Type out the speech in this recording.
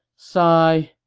sigh.